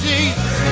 Jesus